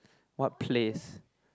what place